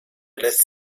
lässt